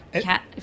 cat